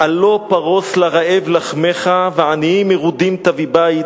הלוא פרוס לרעב לחמך ועניים מרודים תביא בית,